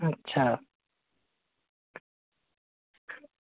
अच्छा